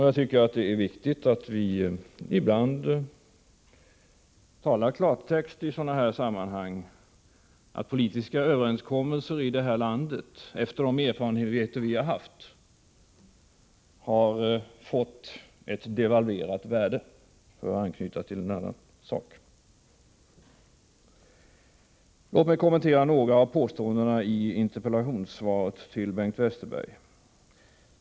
Jag tycker att det är viktigt att vi ibland talar i klartext i sådana här sammanhang — att politiska överenskommelser i det här landet, efter de erfarenheter vi haft, har fått ett devalverat värde. Låt mig kommentera några av påståendena i interpellationssvaret till Bengt Westerberg.